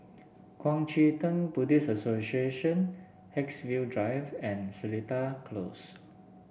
Kuang Chee Tng Buddhist Association Haigsville Drive and Seletar Close